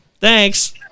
Thanks